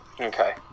Okay